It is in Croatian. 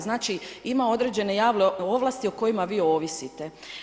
Znači ima određene javne ovlasti o kojima vi ovisite.